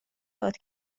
داد